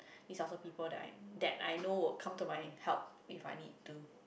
these are also people that that I know will come to my help if I need too